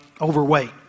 overweight